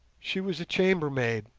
she was a chambermaid,